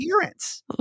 appearance